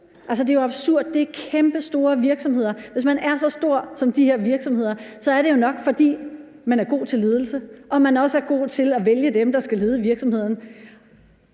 Det er jo absurd. Det handler om kæmpestore virksomheder, og hvis man er så stor, som de her virksomheder er, så er det jo nok, fordi man er god til ledelse, og at man også er god til at vælge dem, der skal lede virksomheden.